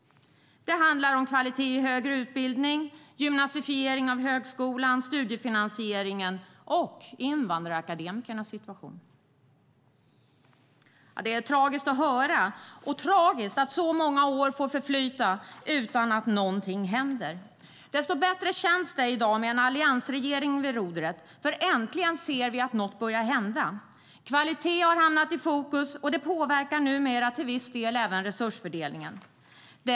Det handlar om kvalitet i högre utbildning, gymnasifiering av högskolan, studiefinansieringen och invandrarakademikernas situation. Det är tragiskt att höra och tragiskt att så många år får förflyta utan att någonting händer. Desto bättre känns det i dag med en alliansregering vid rodret. Äntligen ser vi att något börjar hända. Kvalitet har hamnat i fokus, och den påverkar numera till viss del även resursfördelningen.